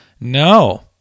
No